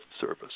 service